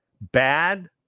bad